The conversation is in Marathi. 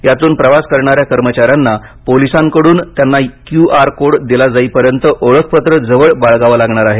यातून प्रवास करणाऱ्या कर्मचाऱ्यांनी पोलिसांकडून त्यांना क्यू आर कोड दिला जाईपर्यंत ओळखपत्र जवळ बाळगावं लागणार आहे